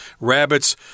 rabbits